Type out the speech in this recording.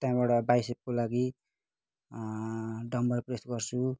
त्यहाँबाट बाइसेपको लागि डम्बल प्रेस गर्छु